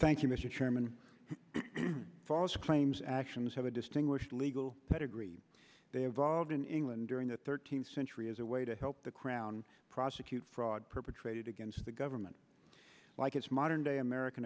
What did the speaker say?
thank you mr chairman false claims actions have a distinguished legal pedigree they evolved in england during the thirteenth century as a way to help the crown prosecute fraud perpetrated against the government like it's modern day american